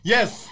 Yes